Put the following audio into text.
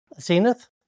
Zenith